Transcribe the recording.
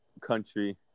country